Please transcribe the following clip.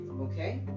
Okay